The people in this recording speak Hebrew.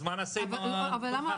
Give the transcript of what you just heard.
אז מה נעשה עם מבחן ההכנסה?